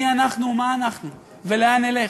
מי אנחנו ומה אנחנו ולאן נלך?